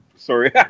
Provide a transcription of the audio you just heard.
Sorry